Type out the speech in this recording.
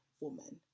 woman